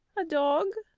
a dog?